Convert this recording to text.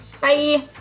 Bye